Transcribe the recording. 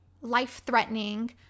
life-threatening